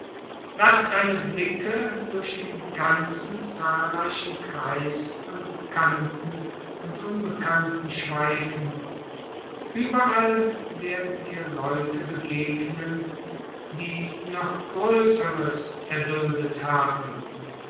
laß deine blicke durch den ganzen zahlreichen kreis von bekannten und unbekannten schweifen überall werden die leute begegnen die noch größeres erduldet haben